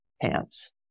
pants